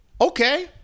okay